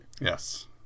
yes